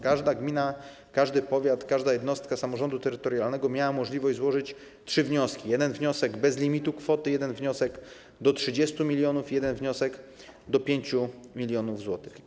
Każda gmina, każdy powiat, każda jednostka samorządu terytorialnego miały możliwość złożyć trzy wnioski: jeden wniosek bez limitu kwoty, jeden wniosek do 30 mln i jeden wniosek do 5 mln zł.